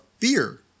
fear